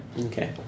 Okay